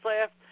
left